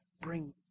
bring